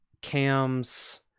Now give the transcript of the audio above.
cams